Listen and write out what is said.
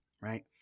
Right